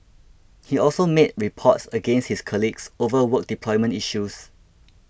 he also made reports against his colleagues over work deployment issues